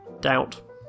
Doubt